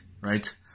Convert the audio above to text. right